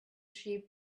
sheep